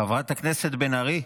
חברת הכנסת בן ארי,